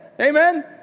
Amen